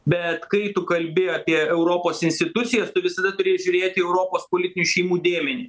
bet kai tu kalbi apie europos institucijas tu visada turi žiūrėti į europos politinį šeimų dėmenį